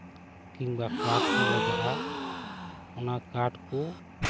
ᱠᱤᱢᱵᱟ ᱠᱟᱴᱷᱦᱚᱸ ᱞᱟᱜᱟᱜᱼᱟ ᱚᱱᱟ ᱠᱟᱴᱷ ᱠᱚ